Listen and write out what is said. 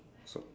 so